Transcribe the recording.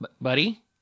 Buddy